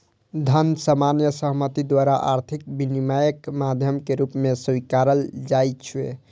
धन सामान्य सहमति द्वारा आर्थिक विनिमयक माध्यम के रूप मे स्वीकारल जाइ छै